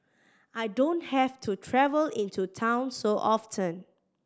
I don't have to travel into town so often